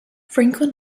franklin